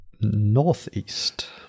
northeast